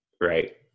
Right